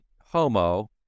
Homo